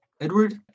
Edward